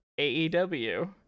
AEW